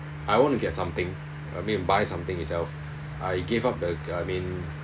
I want to get something I mean buy something itself I gave up the g~ I mean